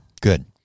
Good